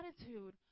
attitude